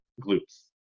glutes